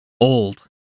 old